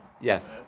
Yes